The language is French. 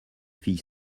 fille